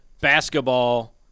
basketball